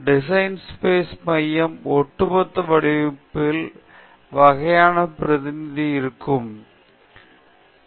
டிசைன்கள் space மையம் ஒட்டுமொத்த வடிவமைப்பின் வகையான பிரதிநிதி ஆகும்